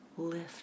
lift